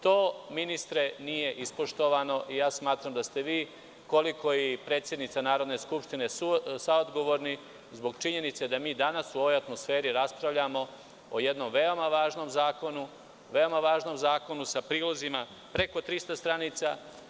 To, ministre, nije ispoštovano i smatram da ste vi, koliko i predsednica Narodne skupštine, saodgovorni zbog činjenice da danas u ovoj atmosferi raspravljamo o jednom veoma važnom zakonu sa prilozima preko 300 stranica.